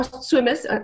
swimmers